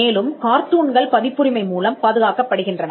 மேலும் கார்ட்டூன்கள் பதிப்புரிமை மூலம் பாதுகாக்கப்படுகின்றன